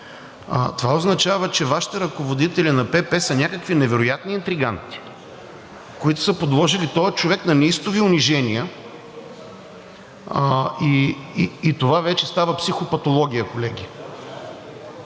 това означава, че Вашите ръководители на ПП са някакви невероятни интриганти, които са подложили този човек на неистови унижения, и това вече става психопатология, колеги.